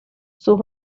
sus